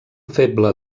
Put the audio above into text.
feble